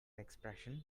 expression